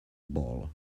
ball